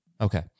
Okay